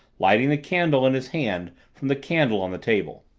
lighting the candle in his hand from the candle on the table.